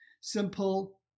simple